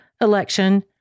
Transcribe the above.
election